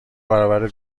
برابر